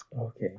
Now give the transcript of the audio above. Okay